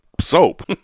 soap